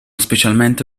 specialmente